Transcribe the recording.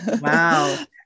Wow